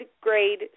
grade